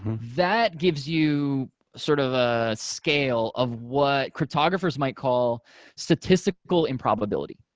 that gives you sort of a scale of what cryptographers might call statistical improbability.